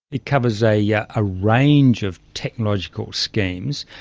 it covers a yeah ah range of technological schemes,